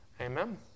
Amen